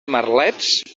merlets